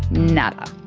nada.